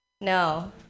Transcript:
No